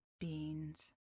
Beans